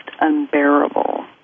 unbearable